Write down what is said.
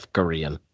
Korean